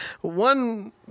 one